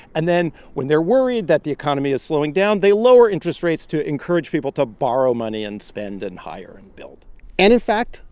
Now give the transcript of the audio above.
and then, when they're worried that the economy is slowing down, they lower interest rates to encourage people to borrow money and spend and hire and build and, in fact,